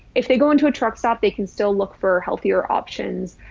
if they go into a truck stop, they can still look for healthier options.